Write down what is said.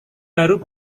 baru